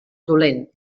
dolent